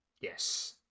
Yes